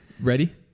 Ready